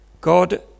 God